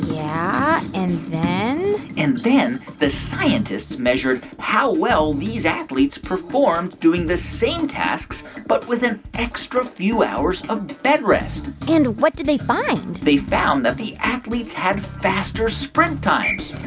yeah. and then? and then the scientists measured how well these athletes performed doing the same tasks but with an extra few hours of bed rest and what did they find? they found that the athletes had faster sprint times.